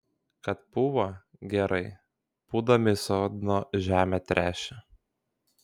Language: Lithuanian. kad pūva gerai pūdami sodno žemę tręšia